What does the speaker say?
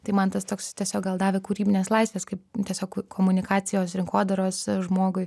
tai man tas toks tiesiog gal davė kūrybinės laisvės kaip tiesiog komunikacijos rinkodaros žmogui